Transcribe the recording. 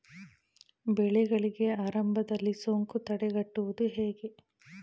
ಬೆಳೆಗಳಿಗೆ ಆರಂಭದಲ್ಲಿ ಸೋಂಕು ತಡೆಗಟ್ಟುವುದು ಹೇಗೆ?